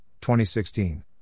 2016